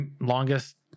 longest